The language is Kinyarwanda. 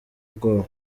ubwoba